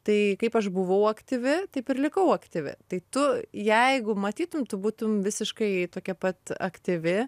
tai kaip aš buvau aktyvi taip ir likau aktyvi tai tu jeigu matytum tu būtum visiškai tokia pat aktyvi